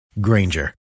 Granger